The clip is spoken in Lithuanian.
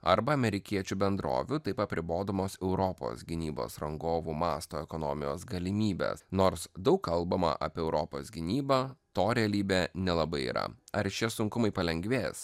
arba amerikiečių bendrovių taip apribodamos europos gynybos rangovų masto ekonomijos galimybes nors daug kalbama apie europos gynybą to realybė nelabai yra ar šie sunkumai palengvės